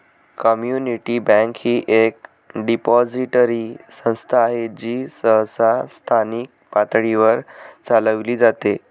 community bank ही एक depository संस्था आहे जी सहसा स्थानिक पातळीवर चालविली जाते